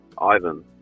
Ivan